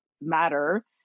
Matter